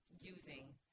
Using